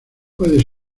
puede